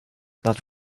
not